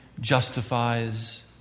justifies